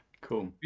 Cool